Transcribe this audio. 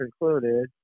included